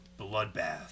Bloodbath